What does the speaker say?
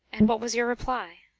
and what was your reply?